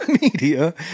media